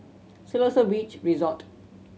Siloso Beach Resort